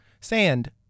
Sand